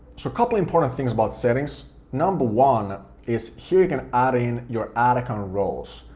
so a couple important things about settings, number one is here you can add in your ad account roles.